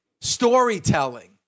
storytelling